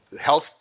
health